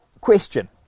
question